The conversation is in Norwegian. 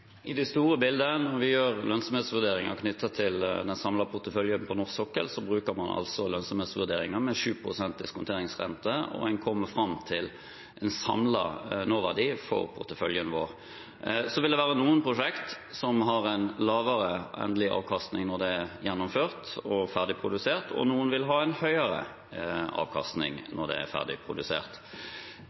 I det store bildet, når vi gjør lønnsomhetsvurderinger knyttet til den samlede porteføljen på norsk sokkel, bruker man lønnsomhetsvurderinger med 7 pst. diskonteringsrente, og en kommer fram til en samlet nåverdi for porteføljen vår. Så vil det være noen prosjekter som har en lavere endelig avkastning når det er gjennomført og ferdig produsert, og noen vil ha en høyere avkastning når det er ferdig produsert.